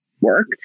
work